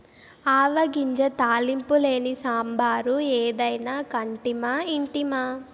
ఆవ గింజ తాలింపు లేని సాంబారు ఏదైనా కంటిమా ఇంటిమా